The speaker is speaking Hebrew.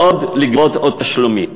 ועוד לגבות עוד תשלומים.